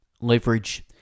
Leverage